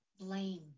blame